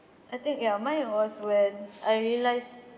I think ya mine was when I realised